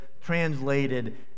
translated